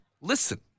Listen